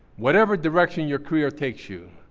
whatever direction your career takes you,